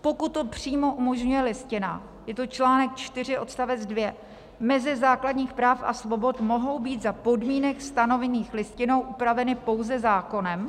Pokud to přímo umožňuje Listina je to článek 4 odst. 2. meze základních práv a svobod mohou být za podmínek stanovených Listinou upraveny pouze zákonem.